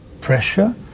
pressure